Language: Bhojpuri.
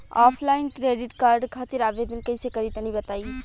ऑफलाइन क्रेडिट कार्ड खातिर आवेदन कइसे करि तनि बताई?